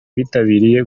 bitabiriye